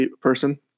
person